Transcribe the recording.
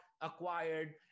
acquired